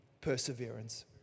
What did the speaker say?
perseverance